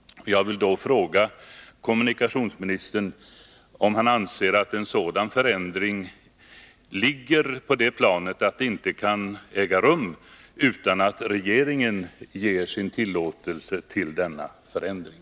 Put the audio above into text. Jag vill då fråga kommunikationsministern om han anser att en sådan förändring ligger på ett sådant plan att den inte kan genomföras utan att regeringen ger sin tillåtelse till förändringen.